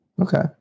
Okay